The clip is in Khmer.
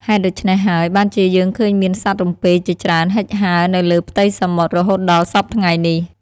ហេតុដូច្នេះហើយ បានជាយើងឃើញមានសត្វរំពេជាច្រើនហិចហើរ នៅលើផ្ទៃសមុទ្រ រហូតដល់សព្វថ្ងៃនេះ ។